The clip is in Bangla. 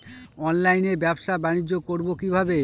অনলাইনে ব্যবসা বানিজ্য করব কিভাবে?